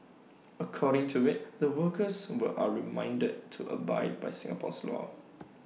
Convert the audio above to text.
according to IT the workers are reminded to abide by Singapore's law